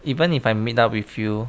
even if I meet up with you